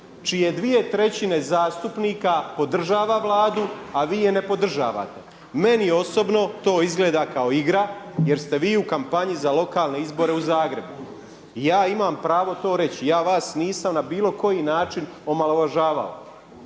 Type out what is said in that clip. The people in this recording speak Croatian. čije dvije trećine zastupnika podržava Vladu a vi je ne podržavate. Meni osobno to izgleda kao igra jer ste vi u kampanji za lokalne izbore u Zagrebu. I ja imam pravo to reći. Ja vas nisam na bilo koji način omalovažavao.